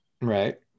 Right